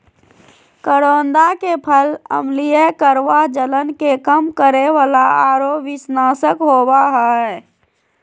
करोंदा के फल अम्लीय, कड़वा, जलन के कम करे वाला आरो विषनाशक होबा हइ